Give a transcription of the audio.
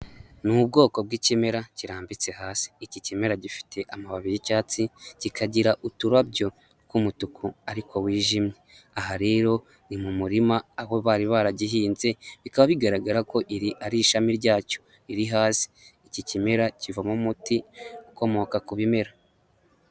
Ni ubwoko bw'ikimera kirambitse hasi, iki kimera gifite amababi y'icyatsi kikagira uturarabyo tw'umutuku ariko wijimye, aha rero ni mu muririma aho bari baragihinze bikaba bigaragara ko iri ari ishami ryacyo riri hasi, iki kimera kivamo umuti ukomoka ku bimera.